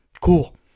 Cool